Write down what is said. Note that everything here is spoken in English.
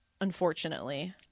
unfortunately